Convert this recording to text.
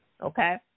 okay